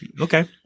Okay